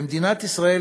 במדינת ישראל,